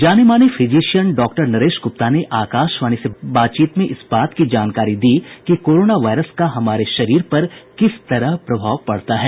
जानेमाने physician doctor Naresh Gupta ने आकाशवाणी से बातचीत में इस बात की जानकारी दी कि कोरोना वायरस का हमारे शरीर पर किस तरह प्रभाव पड़ता है